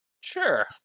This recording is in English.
sure